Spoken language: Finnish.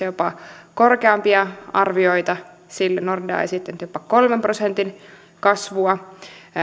jopa korkeampia arvioita sille nordea esitti nyt jopa kolmen prosentin kasvua